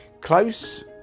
close